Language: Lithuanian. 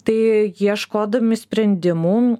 tai ieškodami sprendimų